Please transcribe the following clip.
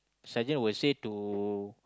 sergeant will say to